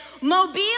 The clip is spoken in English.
Mobile